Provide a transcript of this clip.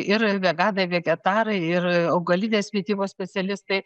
ir veganai ir vegetarai ir augalinės mitybos specialistai